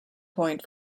point